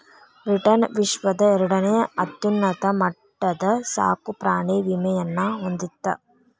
Britain ವಿಶ್ವದ ಎರಡನೇ ಅತ್ಯುನ್ನತ ಮಟ್ಟದ ಸಾಕುಪ್ರಾಣಿ ವಿಮೆಯನ್ನ ಹೊಂದಿತ್ತ